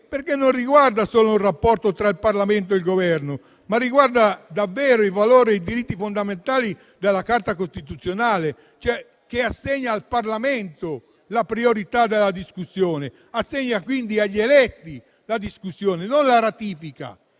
Questo non riguarda solo il rapporto tra il Parlamento e il Governo, ma riguarda davvero i valori e i diritti fondamentali della Carta costituzionale, che assegna al Parlamento e agli eletti la priorità della discussione, non la ratifica: